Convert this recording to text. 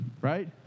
right